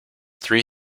three